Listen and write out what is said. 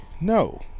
No